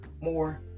more